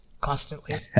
constantly